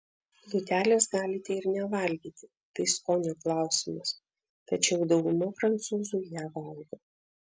plutelės galite ir nevalgyti tai skonio klausimas tačiau dauguma prancūzų ją valgo